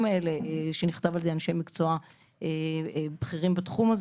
הללו שנכתב על ידי אנשי מקצוע בכירים בתחום.